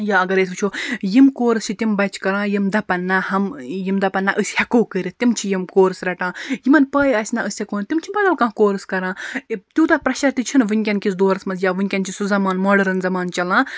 یا اَگَر أسۍ وٕچھو یِم کورس چھِ تِم بَچہِ کَران یِم دَپَن نہَ ہَم یِم دَپَن نہَ أسۍ ہیٚکو کٔرِتھ تِم چھِ یِم کورس رَٹان یِمَن پاے آسہِ نہَ أسۍ ہیٚکو نہٕ تِم چھِ بَدَل کانٛہہ کورس کَران تیوتاہ پریٚشَر تہِ چھُ نہٕ ونکیٚن کِس دورَس مَنٛز یا ونکیٚن چھِ سُہ زَمانہٕ ماڈٲرٕنۍ زَمانہٕ چَلان